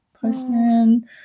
Postman